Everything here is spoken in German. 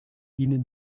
ihnen